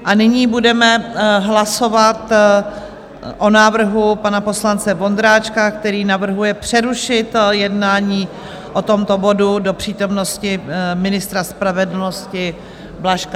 A nyní budeme hlasovat o návrhu pana poslance Vondráčka, který navrhuje přerušit jednání o tomto bodu do přítomnosti ministra spravedlnosti Blažka.